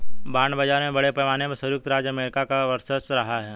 bond बाजार में बड़े पैमाने पर सयुक्त राज्य अमेरिका का वर्चस्व रहा है